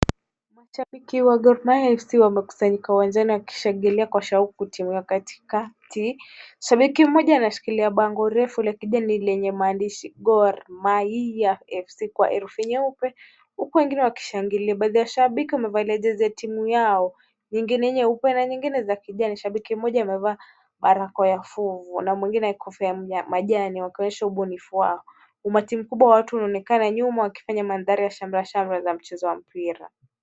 Mashabiki wa Gor Mahia FC wamekusanyika uwanjani wakishangalia kwa shauku timu yao katikati. Shabiki mmoja anashikilia bango refu la kijani lenye maandishi Gor Mahia FC kwa herufi nyeupe huku wengine wakishangilia. Baadhi ya shabiki wamevalia jezi ya timu yao nyingine nyeupe na nyingine za kijani. Shabiki mmoja amevaa barakoa fungu na mwingine kofia ya majani wakionyesha ubunifu wao. Umati wa watu unaonekana nyuma wakifanya mandhari ya shamrashamra za mchezo wa mpira.